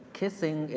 kissing